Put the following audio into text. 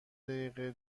دقیقه